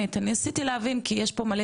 יש אזור אישי אין אזור אישי,